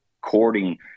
courting